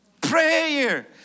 Prayer